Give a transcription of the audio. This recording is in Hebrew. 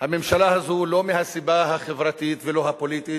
הממשלה הזאת, לא מהסיבה החברתית, ולא הפוליטית,